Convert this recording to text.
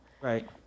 Right